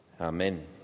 Amen